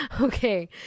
Okay